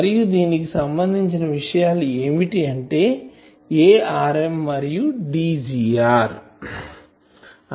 మరియు దీనికి సంబంధించిన విషయాలు ఏమిటి అంటే Arm మరియు Dgr